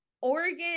Oregon